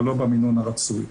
אבל לא במינון הרצוי.